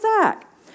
Zach